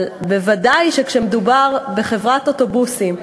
אבל ודאי שכשמדובר בחברת אוטובוסים,